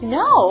no